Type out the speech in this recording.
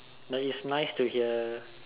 it's nice to hear